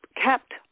kept